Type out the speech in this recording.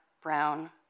brown